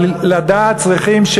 אבל צריכים לדעת